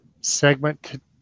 segment